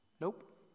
Nope